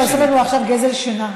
אתה עושה לנו עכשיו גזל שינה.